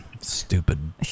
stupid